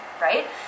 right